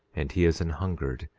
and he is an hungered,